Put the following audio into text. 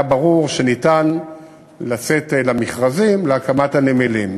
היה ברור שניתן לצאת למכרזים להקמת הנמלים,